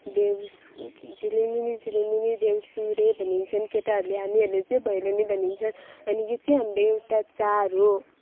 देउसी झिलिमिली झिलिमिली देउसुरे भनिन्छन् केटाहरूले हामीहरूले चाहिँ भैलेनी भनिन्छ अनि यो चाहिँ हाम्रो एउटा चाड हो